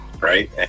Right